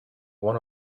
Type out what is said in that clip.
one